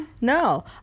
no